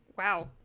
wow